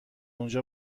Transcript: اونجا